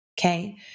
Okay